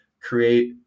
create